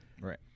Right